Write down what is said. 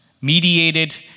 mediated